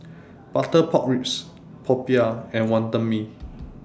Butter Pork Ribs Popiah and Wonton Mee